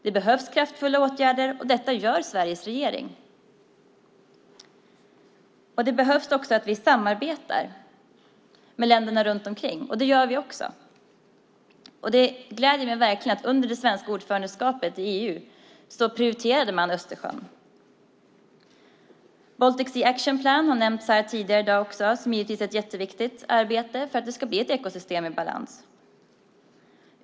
Det behövs kraftfulla åtgärder, och detta vidtar Sveriges regering. Det behövs också att vi samarbetar med länderna runt omkring, vilket vi gör. Det gläder mig verkligen att man under det svenska ordförandeskapet i EU prioriterade Östersjön. Baltic Sea Action Plan har nämnts tidigare i dag. Det är givetvis ett viktigt arbete för att det ska bli ett ekosystem i balans.